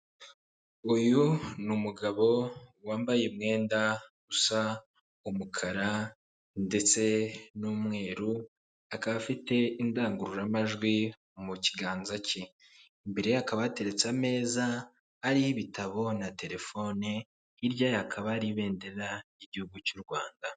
Uyu ni umugabo wambaye umwenda usa umukara ndetse n'umweru, akaba afite indangururamajwi mu kiganza cye, imbere ye hakaba hateretse ameza na telefone hirya hakaba hari ibendera ry'igihugu cy'u Rwanda.